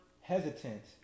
hesitant